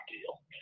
deal